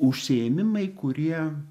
užsiėmimai kurie